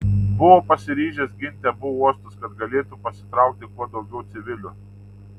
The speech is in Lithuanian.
buvo pasiryžęs ginti abu uostus kad galėtų pasitraukti kuo daugiau civilių